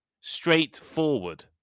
Straightforward